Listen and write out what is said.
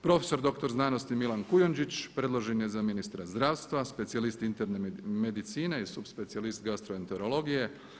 Prof.dr. znanosti Milan Kujundžić predložen je za ministra zdravstva, specijalist interne medicine i su specijalist gastroenterologije.